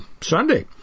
Sunday